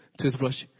toothbrush